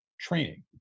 training